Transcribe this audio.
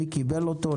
מי קיבל אותו,